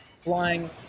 Flying